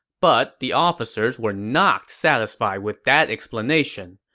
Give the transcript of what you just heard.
but the officers were not satisfied with that explanation,